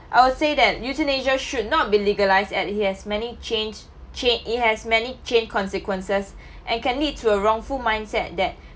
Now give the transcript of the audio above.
I would say that euthanasia should not be legalised at he has many change chan~ it has many chain consequences and can lead to a wrongful mindset that